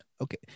okay